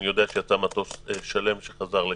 אני יודע שיצא מטוס שלם שחזר לקייב.